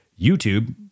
YouTube